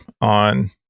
on